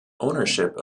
ownership